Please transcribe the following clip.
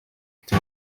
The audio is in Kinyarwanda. ufite